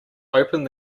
opened